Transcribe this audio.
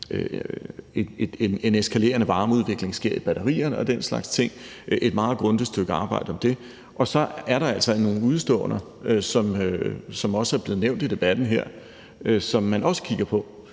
en eskalerende varmeudvikling i batterierne og den slags ting – et meget grundigt stykke arbejde om det. Så er der altså nogle udeståender, som også er blevet nævnt i debatten her, som man også kigger på.